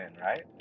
right